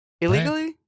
Illegally